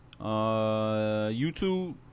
YouTube